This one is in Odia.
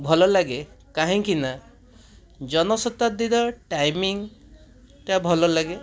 ଭଲଲାଗେ କାହିଁକି ନା ଜନଶତାବ୍ଦୀର ଟାଇମିଂଟା ଭଲଲାଗେ